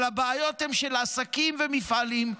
אבל הבעיות הן של עסקים ומפעלים,